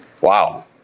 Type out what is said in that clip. wow